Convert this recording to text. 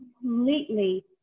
completely